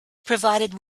provided